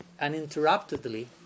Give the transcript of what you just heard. uninterruptedly